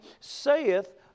saith